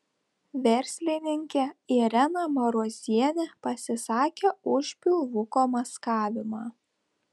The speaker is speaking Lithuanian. verslininkė irena marozienė pasisakė už pilvuko maskavimą